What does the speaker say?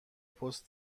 پست